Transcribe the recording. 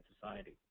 society